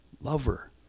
lover